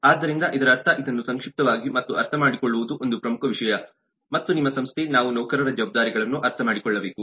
ಆದ್ದರಿಂದ ಇದರರ್ಥ ಇದನ್ನು ಸಂಕ್ಷಿಪ್ತವಾಗಿ ಮತ್ತು ಅರ್ಥಮಾಡಿಕೊಳ್ಳುವುದು ಒಂದು ಪ್ರಮುಖ ವಿಷಯ ಮತ್ತು ನಿಮ್ಮ ಸಂಸ್ಥೆ ನಾವು ನೌಕರರ ಜವಾಬ್ದಾರಿಗಳನ್ನು ಅರ್ಥಮಾಡಿಕೊಳ್ಳಬೇಕು